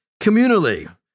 communally